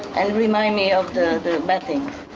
and remind me of the bad things.